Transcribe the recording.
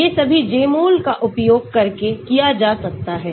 ये सभी Jmol का उपयोग करके किया जा सकता है